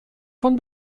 von